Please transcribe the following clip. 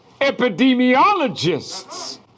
epidemiologists